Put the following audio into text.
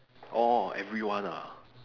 orh everyone ah